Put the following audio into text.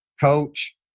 coach